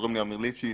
קוראים לי אמיר ליפשיץ,